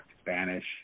Spanish